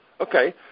Okay